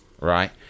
right